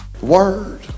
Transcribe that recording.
Word